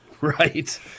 Right